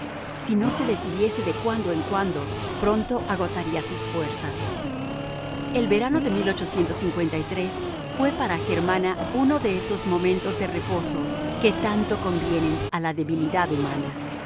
si no se detuviese de cuando en cuando pronto agotaría sus fuerzas el verano de fue para germana uno de esos momentos de reposo que tanto convienen a la debilidad humana